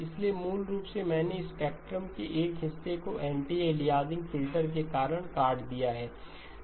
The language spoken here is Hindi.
इसलिए मूल रूप से मैंने स्पेक्ट्रम के एक हिस्से को एंटी अलियासिंग फिल्टर के कारण काट दिया है